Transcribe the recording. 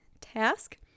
task